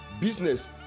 business